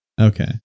okay